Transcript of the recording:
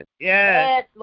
Yes